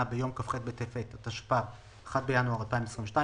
ביום כ"ח בטבת התשפ"ב (1 בינואר 2022),